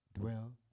dwell